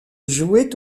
jouait